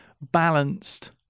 balanced